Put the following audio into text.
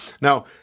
Now